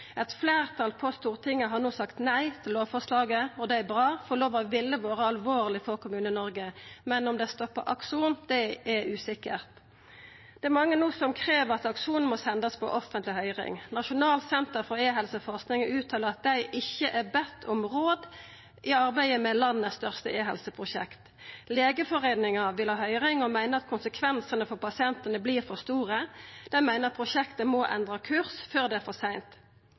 Eit fleirtal på Stortinget har no sagt nei til lovforslaget. Det er bra, for lova ville vore alvorleg for Kommune-Noreg. Men om det stoppar Akson, er usikkert. Det er mange som no krev at Akson må sendast på offentleg høyring. Nasjonalt senter for e-helseforskning uttalar at dei ikkje er bedne om råd i arbeidet med landets største e-helse-prosjekt. Legeforeningen vil ha høyring og meiner at konsekvensane for pasientane vert for store. Dei meiner at prosjektet må endra kurs før det er for seint.